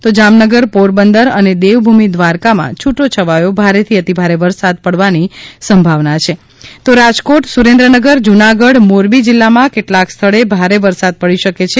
તો જામનગર પોરબંદર અને દેવભૂમિ દ્વારકામાં છૂટો છવાયો ભારેથી અતિભારે વરસાદ પડવાની સંભાવના છે જ્યારે રાજકોટ સુરેન્દ્રનગર જૂનાગઢ મોરબી જિલ્લામાં કેટલાંક સ્થળે ભારે વરસાદ પડી શકે છે